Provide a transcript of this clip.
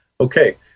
Okay